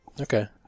Okay